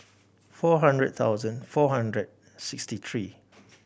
four hundred thousand four hundred sixty three